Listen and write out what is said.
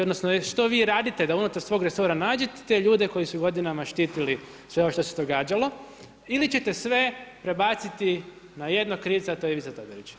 Odnosno, što vi radite da unutar svog resora nađete te ljude koji su godinama štitili sve ovo što se događalo, ili ćete sve prebaciti na jednog krivca a to je Ivica Todorić.